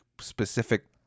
specific